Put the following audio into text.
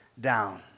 down